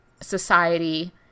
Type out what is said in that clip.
society